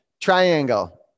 Triangle